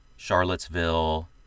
Charlottesville